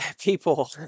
people